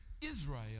Israel